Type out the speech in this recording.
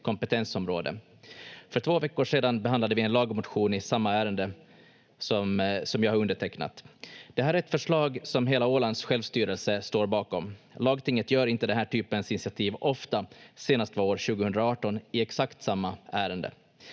kompetensområde. För två veckor sedan behandlade vi en lagmotion i samma ärende som jag har undertecknat. Det här är ett förslag som hela Ålands självstyrelse står bakom. Lagtinget gör inte den här typens initiativ ofta. Senast var år 2018 i exakt samma ärende.